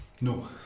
No